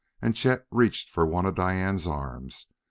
and chet reached for one of diane's arms,